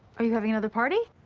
are you having another party?